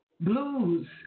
blues